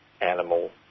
animal